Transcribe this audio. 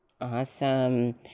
Awesome